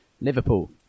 Liverpool